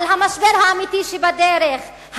על המשבר האמיתי שבדרך,